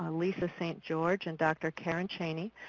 lisa st. george and dr. karen chaney,